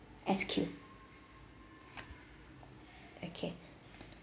S_Q okay